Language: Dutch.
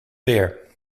weer